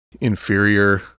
inferior